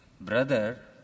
brother